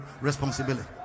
responsibility